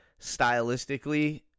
stylistically